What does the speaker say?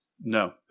No